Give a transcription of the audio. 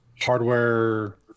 hardware